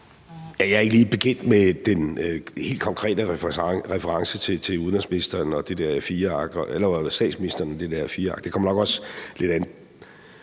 Jeg er ikke lige bekendt med den helt konkrete reference til statsministeren og det der A4-ark. Det kommer nok også lidt an